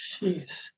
Jeez